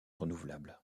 renouvelable